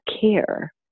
care